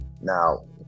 Now